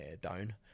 down